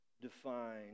define